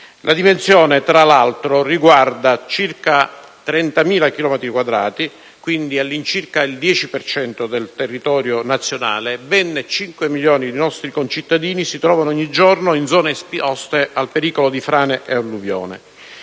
La dimensione, tra l'altro, riguarda circa 30.000 chilometri quadrati, quindi all'incirca il 10 per cento del territorio nazionale, e ben 5 milioni di nostri concittadini si trovano ogni giorno in zone esposte al pericolo di frane e alluvioni.